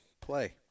Play